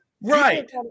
right